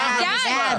די.